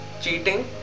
cheating